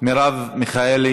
מרב מיכאלי,